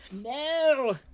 no